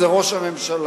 זה ראש הממשלה